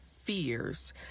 fears